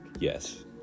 Yes